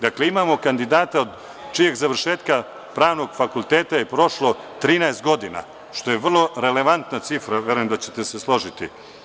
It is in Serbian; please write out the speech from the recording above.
Dakle imamo kandidata od čijeg završetka Pravnog fakulteta je prošlo 13 godina, što je vrlo relevantna cifra, verujem da će te se složiti.